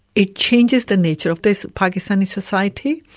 it changes the nature of the pakistani society,